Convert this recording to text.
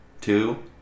two